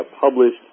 published